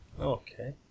Okay